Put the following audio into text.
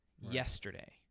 yesterday